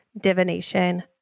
divination